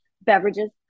beverages